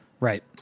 Right